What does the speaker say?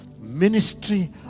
ministry